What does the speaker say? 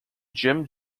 jim